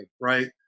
right